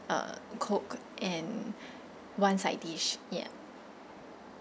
uh coke and one side dish ya